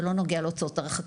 זה לא נוגע לסוגיית ההרחקה.